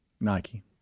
Nike